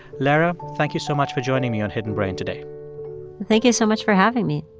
lera, thank you so much for joining me on hidden brain today thank you so much for having me